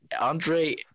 Andre